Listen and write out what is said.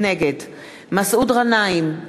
נגד מסעוד גנאים,